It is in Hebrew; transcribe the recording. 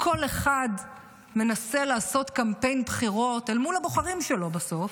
וכל אחד מנסה לעשות קמפיין בחירות אל מול הבוחרים שלו בסוף.